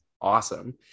awesome